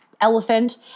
elephant